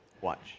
watch